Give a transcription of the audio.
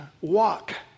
walk